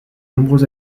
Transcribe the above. nombreux